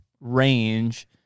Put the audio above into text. range